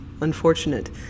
unfortunate